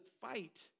fight